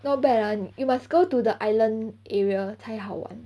not bad lah you must go to the island area 才好玩